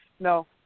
No